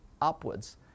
upwards